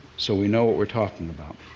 so we know what we're talking about.